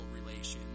relations